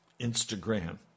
Instagram